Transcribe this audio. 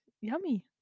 yummy